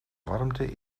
warmte